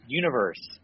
universe